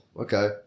okay